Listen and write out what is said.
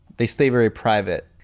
they stay very private.